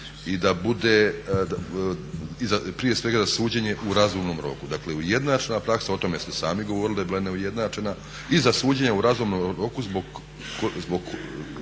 i da bude, prije svega da suđenje u razumnom roku. Dakle, ujednačena praksa, o tome ste sami govorili da je bila neujednačena, i za suđenje u razumnom roku zbog